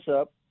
up